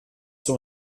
zur